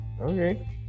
Okay